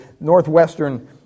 northwestern